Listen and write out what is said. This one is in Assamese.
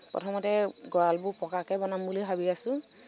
প্ৰথমতে গঁৰালবোৰ পকাকৈ বনাম বুলি ভাবি আছো